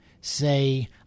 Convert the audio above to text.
say